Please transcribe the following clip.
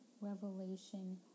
revelation